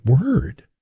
word